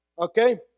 Okay